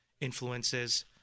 influences